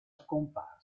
scomparsa